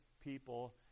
people